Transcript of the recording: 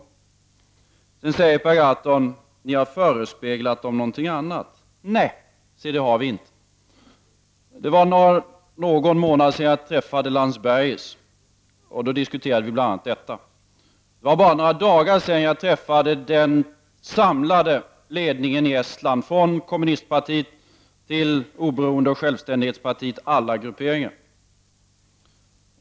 Per Gahrton säger vidare: Ni har förespeglat dem någonting annat. Nej, det har vi inte. Det var för någon månad sedan som jag träffade Landsbergis, och då diskuterade vi bl.a. detta. Det var bara några dagar sedan som jag träffade den samlade ledningen i Estland, alla grupperingar från kommunistpartiet till oberoende och självständighetspartiet.